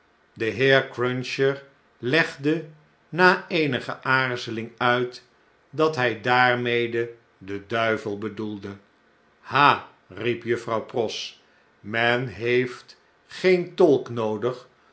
de heer cruncher legde na eenige aarzeling uit dat njj daarmede den duivel bedoelde ha riep juffrouw pross men heeftgeen tolk noodig